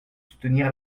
soutenir